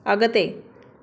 अॻिते